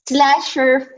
Slasher